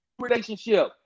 relationship